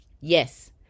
Yes